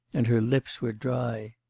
and her lips were dry.